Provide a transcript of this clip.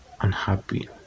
unhappy